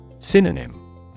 synonym